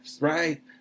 Right